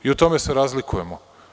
U tome se razlikujemo.